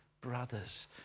brothers